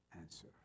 answer